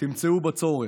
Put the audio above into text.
תמצאו בצורך,